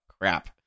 crap